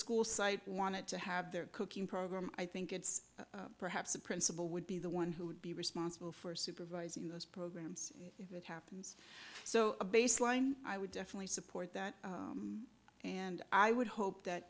school site wanted to have their cooking program i think it's perhaps the principal would be the one who would be responsible for supervising those programs if it happens so a baseline i would definitely support that and i would hope that